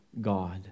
God